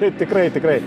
tai tikrai tikrai